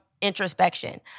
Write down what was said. introspection